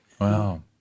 Wow